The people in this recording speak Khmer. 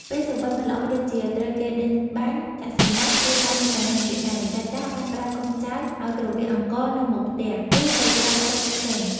ពេលសុបិនមិនល្អដូចជា ត្រូវគេដេញបាញ់ ចាក់សម្លាប់ គ្រួសារមានបញ្ហាជាដើម ចាស់ៗបានប្រាប់កូនចៅឲ្យគ្រវាសអង្ករនៅមុខផ្ទះ ឬទៅស្រោចទឹកចេញ។